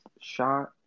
shot